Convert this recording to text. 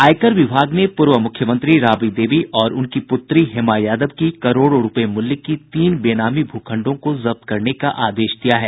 आयकर विभाग ने पूर्व मुख्यमंत्री राबड़ी देवी और उनकी पुत्री हेमा यादव की करोड़ों रूपये मूल्य की तीन बेनामी भू खण्डों को जब्त करने का आदेश दिया है